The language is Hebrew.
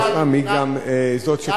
לא סתם היא גם זאת שתמכה.